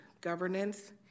governance